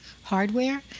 hardware